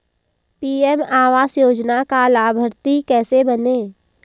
PM आवास योजना का लाभर्ती कैसे बनें?